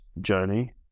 journey